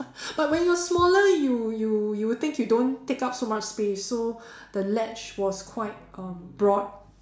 but when you're smaller you you you would think you don't take up so much space so the ledge was quite um broad